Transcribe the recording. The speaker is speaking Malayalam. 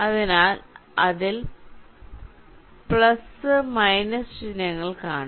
അതിനാൽ അതിൽ ചിഹ്നങ്ങൾ കാണും